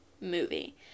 movie